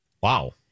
Wow